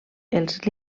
els